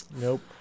Nope